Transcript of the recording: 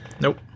Nope